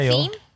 Theme